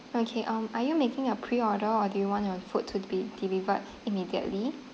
okay um are you making a pre order or do you want your food to be delivered immediately